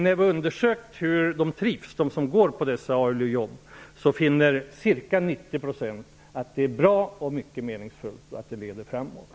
När vi har undersökt hur de trivs som har dessa ALU-jobb har vi funnit att ca 90 % tycker att jobbet är bra och mycket meningsfullt och att det leder framåt.